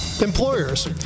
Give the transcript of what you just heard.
Employers